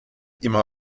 immer